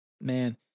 Man